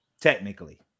technically